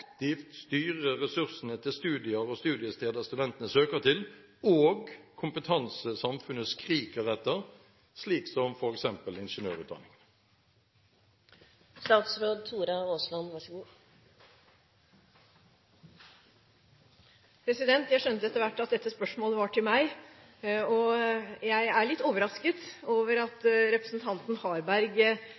styre ressursene til studier og studiesteder studentene søker til, og kompetanse samfunnet skriker etter, slik som f.eks. ingeniørutdanningen? Jeg skjønte etter hvert at dette spørsmålet var til meg. Jeg er litt overrasket over at representanten Harberg